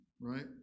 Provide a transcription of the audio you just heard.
right